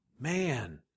man